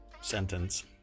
sentence